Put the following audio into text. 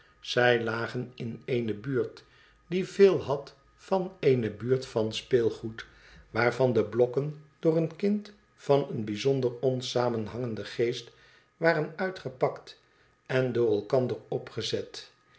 zij lagen in eene buurt die veel had van eene buurt van speelgoed waarvan de blokken door een kind van een bijzonder onsamenhangenden geest waren uitgepakt en door elkander opgezet